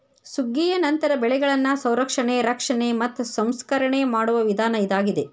ಸುಗ್ಗಿಯ ನಂತರ ಬೆಳೆಗಳನ್ನಾ ಸಂರಕ್ಷಣೆ, ರಕ್ಷಣೆ ಮತ್ತ ಸಂಸ್ಕರಣೆ ಮಾಡುವ ವಿಧಾನ ಇದಾಗಿದೆ